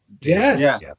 Yes